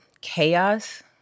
chaos